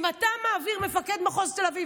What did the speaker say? אם אתה מעביר מפקד מחוז תל אביב,